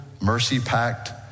mercy-packed